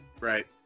right